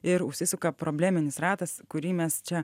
ir užsisuka probleminis ratas kurį mes čia